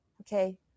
okay